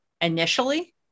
initially